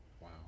Wow